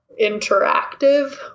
interactive